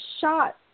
shot